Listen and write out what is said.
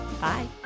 Bye